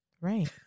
right